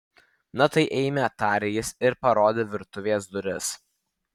na tai eime tarė jis ir parodė į virtuvės duris